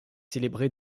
célébrée